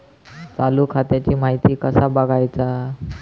चालू खात्याची माहिती कसा बगायचा?